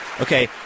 Okay